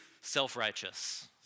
self-righteous